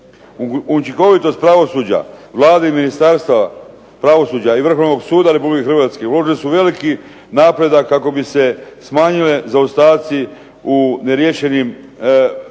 Učinkovitost pravosuđa, Vlade i Ministarstva pravosuđa i Vrhovnog suda Republike Hrvatske uočili su veliki napredak kako bi se smanjili zaostaci u neriješenim predmetima